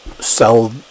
sell